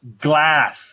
Glass